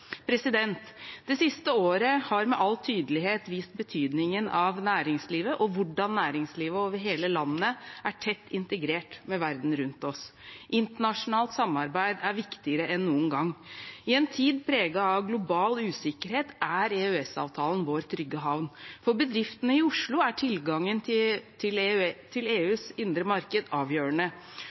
Det siste året har med all tydelighet vist betydningen av næringslivet og hvordan næringslivet over hele landet er tett integrert med verden rundt oss. Internasjonalt samarbeid er viktigere enn noen gang. I en tid preget av global usikkerhet er EØS-avtalen vår trygge havn. For bedriftene i Oslo er tilgangen til EUs indre marked avgjørende.